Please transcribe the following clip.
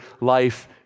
life